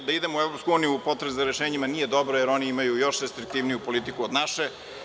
Da idemo u Evropsku uniju u potrazi za rešenjima nije dobro, jer oni imaju još restriktivniju politiku od naše.